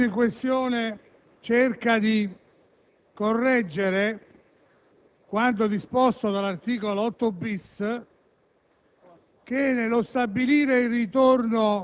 l'emendamento 8-*bis*.100 cerca di correggere quanto disposto dall'articolo 8-*bis*